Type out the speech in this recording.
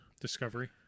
Discovery